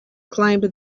climbed